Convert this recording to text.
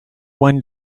one